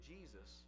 Jesus